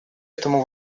этому